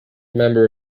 member